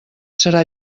serà